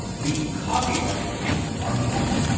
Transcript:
we can copyright our music,